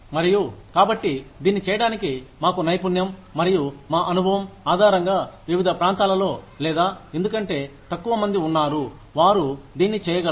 మరియు కాబట్టి దీన్ని చేయడానికి మాకు నైపుణ్యం మరియు మా అనుభవం ఆధారంగా వివిధ ప్రాంతాలలో లేదా ఎందుకంటే తక్కువమంది ఉన్నారు వారు దీన్ని చేయగలరు